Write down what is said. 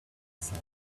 said